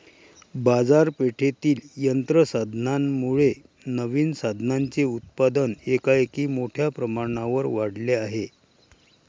बाजारपेठेतील यंत्र साधनांमुळे नवीन साधनांचे उत्पादन एकाएकी मोठ्या प्रमाणावर वाढले आहे